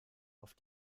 auf